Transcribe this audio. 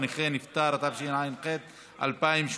אין נמנעים, אין מתנגדים.